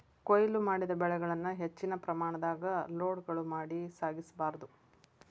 ಕೋಯ್ಲು ಮಾಡಿದ ಬೆಳೆಗಳನ್ನ ಹೆಚ್ಚಿನ ಪ್ರಮಾಣದಾಗ ಲೋಡ್ಗಳು ಮಾಡಿ ಸಾಗಿಸ ಬಾರ್ದು